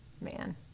Man